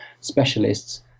specialists